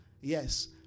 yes